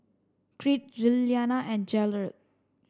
Creed Lilyana and Jerald